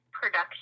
production